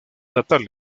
natal